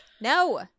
No